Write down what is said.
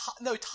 No